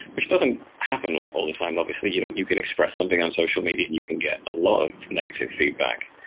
which doesn't happen all all the time obviously. you know you can express something on social media and you can get a lot of negative feedback.